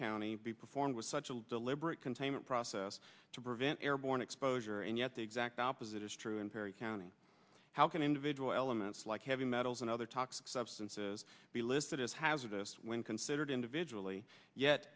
county be performed with such a deliberate containment process to prevent airborne exposure and yet the exact opposite is true in perry county how can individual elements like heavy metals and other toxic substances be listed as hazardous when considered individually yet